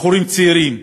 בחורים צעירים,